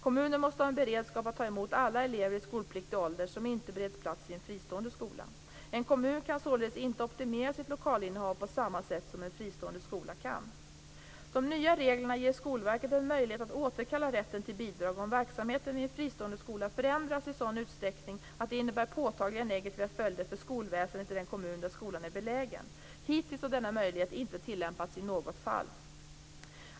Kommunen måste ha en beredskap att ta emot alla elever i skolpliktig ålder som inte bereds plats i en fristående skola. En kommun kan således inte optimera sitt lokalinnehav på samma sätt som en fristående skola. De nya reglerna ger Skolverket en möjlighet att återkalla rätten till bidrag, om verksamheten vid en fristående skola förändras i sådan utsträckning att det innebär påtagliga negativa följder för skolväsendet i den kommun där skolan är belägen. Hittills har denna möjlighet inte tillämpats i något fall.